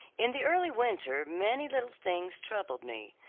in the early winter many little things troubled me.